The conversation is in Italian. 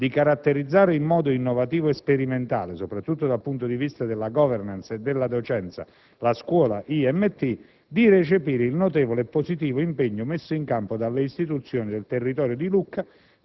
di caratterizzare in modo innovativo e sperimentale (soprattutto dal punto di vista della *governance* e della docenza) la Scuola IMT; di recepire il notevole e positivo impegno messo in campo dalle istituzioni del territorio di Lucca;